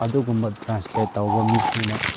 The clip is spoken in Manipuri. ꯑꯗꯨꯒꯨꯝꯕ ꯇ꯭ꯔꯥꯟꯁꯂꯦꯠ ꯇꯧꯕ ꯃꯤꯈꯣꯏꯅ